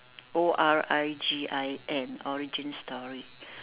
O R I G I N origin story